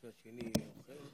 והעלייה.